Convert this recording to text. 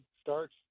starts